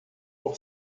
por